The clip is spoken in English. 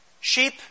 Sheep